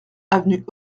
avenue